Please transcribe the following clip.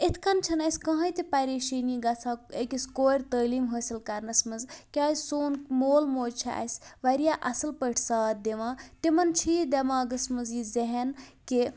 اِتھ کٔنۍ چھَنہٕ اَسہِ کٕہٕنی تہِ پریشٲنی گژھان أکِس کورِ تعلیٖم حٲصِل کَرنَس منٛز کیٛازِ سون مول موج چھِ اَسہِ واریاہ اَصٕل پٲٹھۍ ساتھ دِوان تِمَن چھِ یہِ دماغَس منٛز یہِ ذہن کہِ